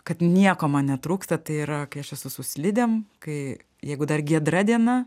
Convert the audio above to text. kad nieko man netrūksta tai yra kai aš esu su slidėm kai jeigu dar giedra diena